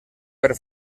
per